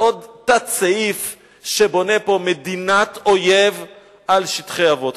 בעוד תת-סעיף שבונה פה מדינת אויב על שטחי אבות.